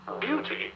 beauty